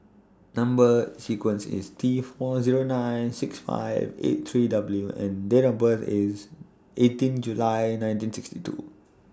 Number sequence IS T four Zero nine six five eight three W and Date of birth IS eighteen July nineteen sixty two